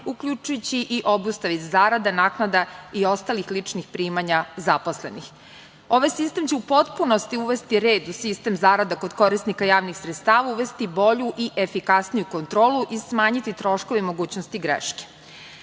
uključujući i obustave zarada, naknada i ostalih ličnih primanja zaposlenih. Ovaj sistem će u potpunosti uvesti red u sistem zarada kod korisnika javnih sredstava, uvesti bolju i efikasniju kontrolu i smanjiti troškove mogućnosti greške. Mi,